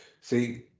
see